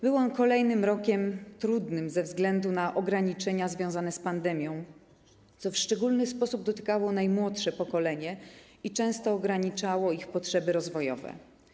Był on kolejnym rokiem trudnym ze względu na ograniczenia związane z pandemią, co w szczególny sposób dotykało najmłodsze pokolenie i często ograniczało jego potrzeby rozwojowe.